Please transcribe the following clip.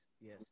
yes